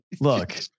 look